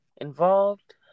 involved